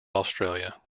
australia